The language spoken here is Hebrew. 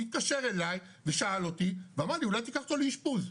התקשר אלי ושאל אותי ואמרתי אולי תיקח אותו לאשפוז?